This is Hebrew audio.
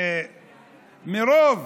ומרוב